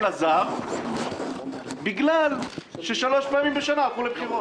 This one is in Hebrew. הזר כיוון ששלוש פעמים בשנה הלכו לבחירות.